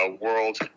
world